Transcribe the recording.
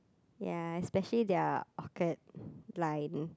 ya especially their orchid line